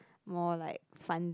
more like fund